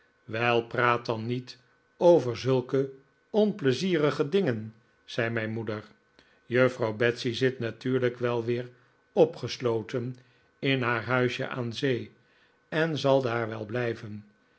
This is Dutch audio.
wel praat dan niet over zulke onpleizierige dingen zei mijn moeder juffrouw betsy zit natuurlijk wel weer opgesloten in haar huisje aan zee en zal daar wel blijven